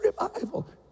revival